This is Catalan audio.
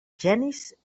genis